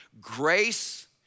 Grace